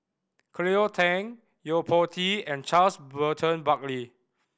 Cleo Thang Yo Po Tee and Charles Burton Buckley